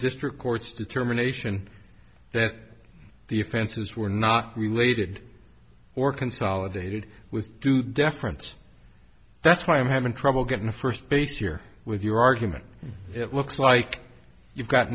district courts determination that the offenses were not related or consolidated with due deference that's why i'm having trouble getting to first base here with your argument it looks like you've got